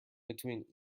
between